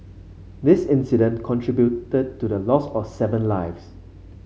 this incident contributed to the loss of seven lives